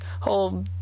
whole